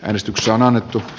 äänestyksiä on annettu